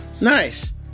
nice